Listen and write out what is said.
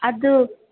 ꯑꯗꯨ